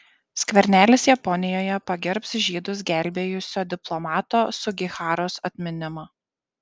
skvernelis japonijoje pagerbs žydus gelbėjusio diplomato sugiharos atminimą